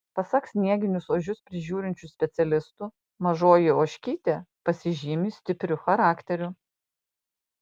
pasak snieginius ožius prižiūrinčių specialistų mažoji ožkytė pasižymi stipriu charakteriu